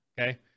okay